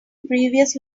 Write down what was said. previous